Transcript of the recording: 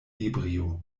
ebrio